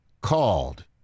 called